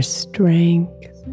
strength